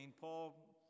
Paul